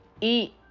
eat